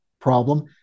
problem